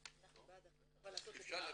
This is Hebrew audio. ישראל.